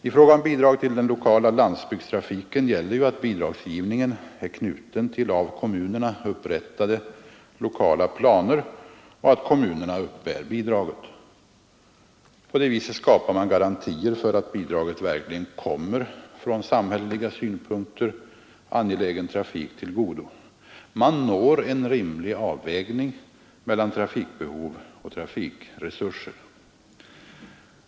I fråga om bidrag till den lokala landsbygdstrafiken gäller att bidragsgivningen är knuten till av kommunerna upprättade lokala planer och att kommunerna uppbär bidraget. På det viset skapar man garantier för att bidraget verkligen kommer från samhälleliga synpunkter angelägen trafik till godo. Man når en rimlig avvägning mellan trafikbehov och trafikresurser.